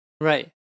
Right